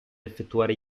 effettuare